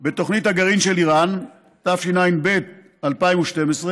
בתוכנית הגרעין של איראן, התשע"ב 2012,